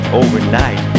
overnight